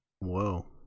Whoa